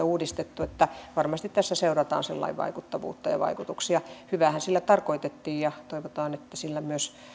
uudistettu että varmasti tässä seurataan sen lain vaikuttavuutta ja vaikutuksia hyväähän sillä tarkoitettiin ja toivotaan että sillä myös